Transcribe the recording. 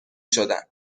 شدن